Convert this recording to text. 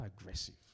aggressive